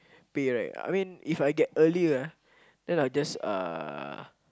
pay right I mean If I get early ah then I just uh